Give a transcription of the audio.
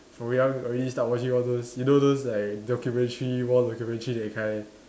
from young already start watching all those you know those like documentary war documentary that kind